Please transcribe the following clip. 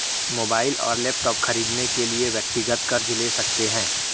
mobile और laptop खरीदने के लिए व्यक्तिगत कर्ज ले सकते है